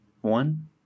One